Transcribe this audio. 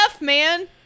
man